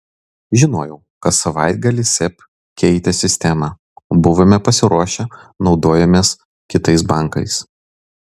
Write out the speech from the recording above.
žinojau kad savaitgalį seb keitė sistemą buvome pasiruošę naudojomės kitais bankais